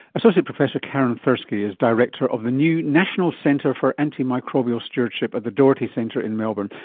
associate professor karin thursky is director of the new national centre for antimicrobial stewardship at the doherty centre in melbourne,